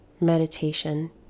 meditation